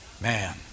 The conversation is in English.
Man